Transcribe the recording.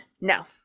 no